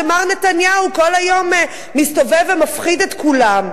שמר נתניהו כל היום מסתובב ומפחיד בו את כולם.